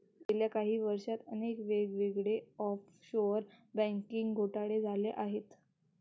गेल्या काही वर्षांत अनेक वेगवेगळे ऑफशोअर बँकिंग घोटाळे झाले आहेत